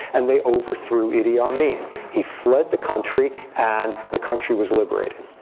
and they overthrew idi amin. he fled the country. and the country was liberated.